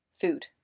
food